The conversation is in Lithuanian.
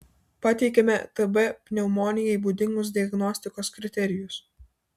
pateikiame tb pneumonijai būdingus diagnostikos kriterijus